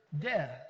death